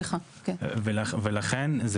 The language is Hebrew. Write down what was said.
ולכן,